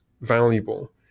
valuable